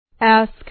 Ask